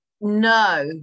No